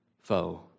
foe